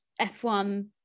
F1